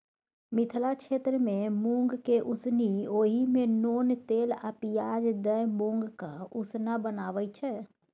मिथिला क्षेत्रमे मुँगकेँ उसनि ओहि मे नोन तेल आ पियाज दए मुँगक उसना बनाबै छै